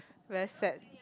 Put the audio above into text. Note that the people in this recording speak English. very sad